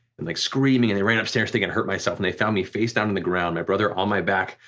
and like screaming and they ran upstairs thinking i hurt myself and they found me face down on the ground, my brother on my back,